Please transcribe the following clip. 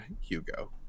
Hugo